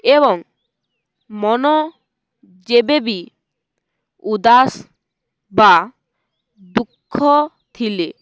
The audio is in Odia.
ଏବଂ ମନ ଯେବେ ବି ଉଦାସ ବା ଦୁଃଖ ଥିଲେ